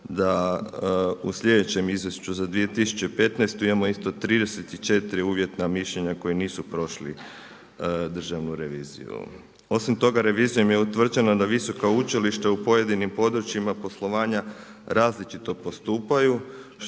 da u sljedećem izvješću za 2015. imamo isto 34 uvjetna mišljenja koji nisu prošli državnu reviziju. Osim toga revizijom je utvrđeno da visoka učilišta u pojedinim područjima poslovanja različito postupaju